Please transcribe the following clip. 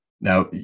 Now